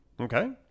okay